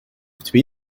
twee